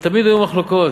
תמיד היו מחלוקות.